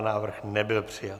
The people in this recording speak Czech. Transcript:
Návrh nebyl přijat.